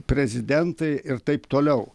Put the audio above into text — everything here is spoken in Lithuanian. prezidentai ir taip toliau